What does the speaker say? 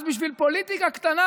אז בשביל פוליטיקה קטנה,